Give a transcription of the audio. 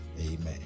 Amen